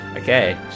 okay